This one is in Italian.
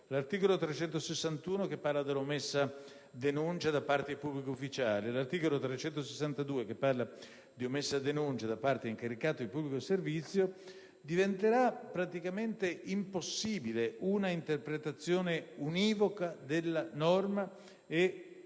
dell'articolo 361, che parla dell'omessa denuncia da parte del pubblico ufficiale, e dell'articolo 362, che parla di omessa denuncia da parte dell'incaricato di pubblico servizio, diventerà praticamente impossibile un'interpretazione univoca della norma e